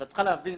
מירב,